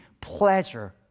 pleasure